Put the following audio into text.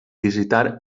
visitar